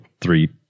three